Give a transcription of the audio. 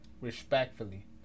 Respectfully